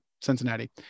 Cincinnati